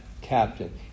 captain